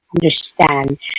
understand